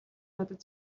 надад